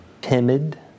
timid